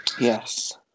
Yes